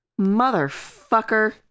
Motherfucker